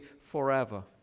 forever